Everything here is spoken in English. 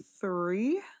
three